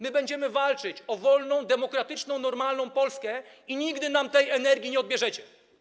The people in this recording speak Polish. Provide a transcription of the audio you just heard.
My będziemy walczyć o wolną, demokratyczną, normalną Polskę i nigdy nam tej energii nie odbierzecie.